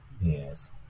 Yes